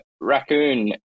Raccoon